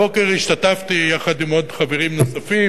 הבוקר השתתפתי יחד עם חברים נוספים,